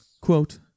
quote